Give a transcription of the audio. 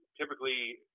Typically